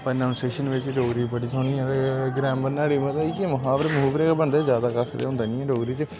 pronunciation बिच्च डोगरी बड़ी सोह्नी ऐ ते ग्रेमर न्हाड़ी मतलब इयै मुहाबरे मुहाबरे गै बनदे ज्यादा कक्ख ते होंदा नि ऐ डोगरी च